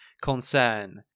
concern